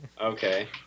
Okay